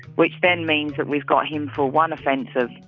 which then means that we've got him for one offense of,